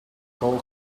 call